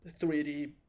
3D